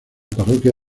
parroquia